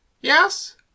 Yes